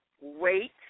wait